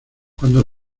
cuando